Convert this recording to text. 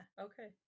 Okay